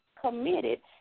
committed